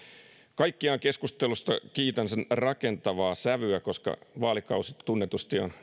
kaikkiaan keskustelusta kiitän sen rakentavaa sävyä koska vaalikausi tunnetusti